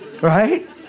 Right